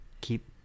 keep